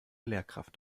lehrkraft